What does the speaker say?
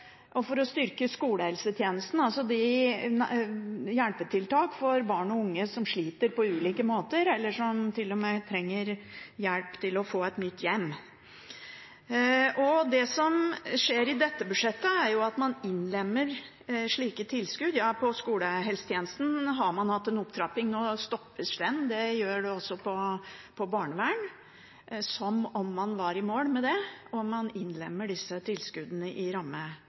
og for å styrke skolehelsetjenesten, altså hjelpetiltak for barn og unge som sliter på ulike måter, eller som til og med trenger hjelp til å få et nytt hjem. Det som skjer i dette budsjettet, er at man innlemmer slike tilskudd. Ja, på skolehelsetjenesten har man hatt en opptrapping. Nå stoppes det, og det gjøres det også på barnevern – som om man var i mål med det – og man innlemmer disse tilskuddene i